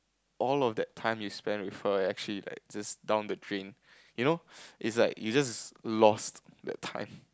all of that time you spend with her actually like just down the drain you know it's like you just lost that time